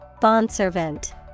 bondservant